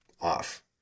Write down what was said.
off